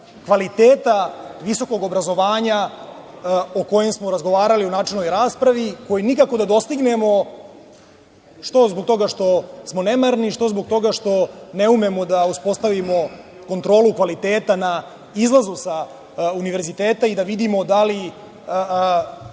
kvaliteta visokog obrazovanja o kojim smo razgovarali u načelnoj raspravi, koji nikako da dostignemo, što zbog toga što smo nemarni, što zbog toga što ne umemo da uspostavimo kontrolu kvaliteta na izlazu sa univerziteta i da vidimo da li